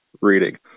reading